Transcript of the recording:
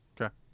Okay